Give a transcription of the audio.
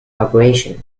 vibration